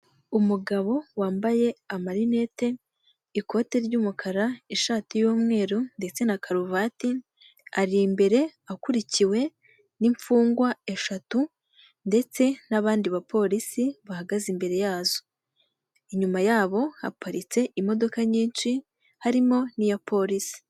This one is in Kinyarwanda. Umugabo wambaye amarinete, ikote ry'umukara, ishati y'umweru ndetse na karuvati ari imbere akurikiwe n'imfungwa eshatu ndetse n'abandi bapolisi bahagaze imbere yazo. Inyuma yabo, haparitse imodoka nyinshi harimo n'iya polisi.